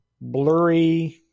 blurry